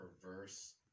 perverse